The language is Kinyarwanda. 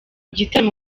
gitaramo